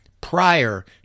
prior